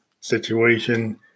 situation